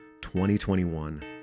2021